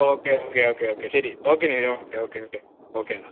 okay okay okay okay ശരി okay നിവിന് okay okay okay okay എന്നാൽ